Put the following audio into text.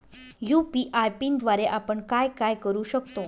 UPI पिनद्वारे आपण काय काय करु शकतो?